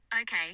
Okay